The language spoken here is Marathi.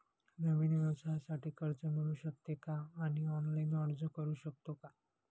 नवीन व्यवसायासाठी कर्ज मिळू शकते का आणि ऑनलाइन अर्ज करू शकतो का?